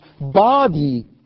Body